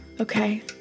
Okay